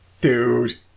Dude